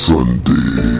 Sunday